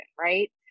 right